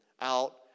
out